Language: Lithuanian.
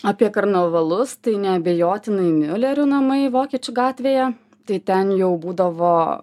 apie karnavalus tai neabejotinai miulerių namai vokiečių gatvėje tai ten jau būdavo